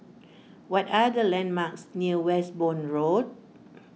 what are the landmarks near Westbourne Road